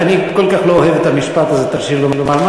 אני כל כך לא אוהב את המשפט הזה, תרשי לי לומר.